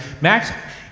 Max